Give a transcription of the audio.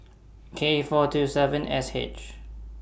K four two seven S H